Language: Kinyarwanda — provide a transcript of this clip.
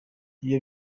ibi